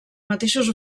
mateixos